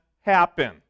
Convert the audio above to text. happen